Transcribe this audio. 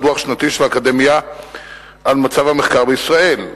דוח שנתי של האקדמיה על מצב המחקר בישראל,